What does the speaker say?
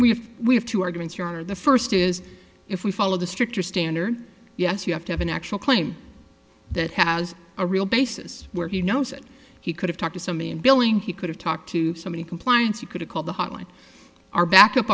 have we have two arguments here or the first is if we follow the stricter standard yes you have to have an actual claim that has a real basis where he knows it he could have talked to somebody in billing he could have talked to so many compliance you could have called the hotline are back up